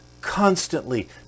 constantly